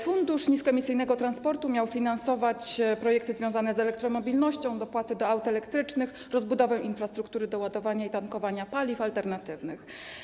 Fundusz Niskoemisyjnego Transportu miał finansować projekty związane z elektromobilnością, dopłaty do aut elektrycznych, rozbudowę infrastruktury doładowania i tankowania paliw alternatywnych.